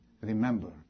remember